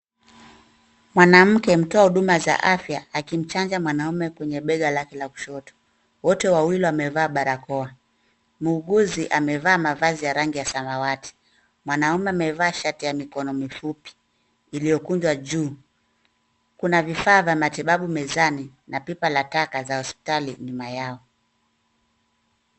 Mwanamke mtoa huduma za afya akimchanja mwanaume kwenye bega lake la kushoto. Wote wawili wamevaa barakoa. Muuguzi amevaa mavazi ya rangi ya samawati. Mwanaume amevaa shati ya mikono mifupi iliyokunjwa juu. Kuna vifaa vya matibabu mezani na pipa la taka za hospitali nyuma yao.